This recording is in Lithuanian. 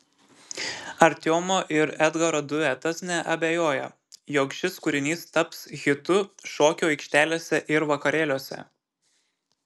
artiomo ir edgaro duetas neabejoja jog šis kūrinys taps hitu šokių aikštelėse ir vakarėliuose